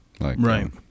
right